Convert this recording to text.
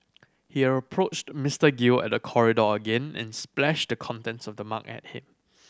he approached Mister Gill at the corridor again and splashed the contents of the mug at him